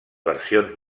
versions